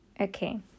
Okay